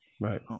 right